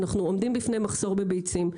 אנחנו עומדים בפני מחסור בביצים.